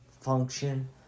function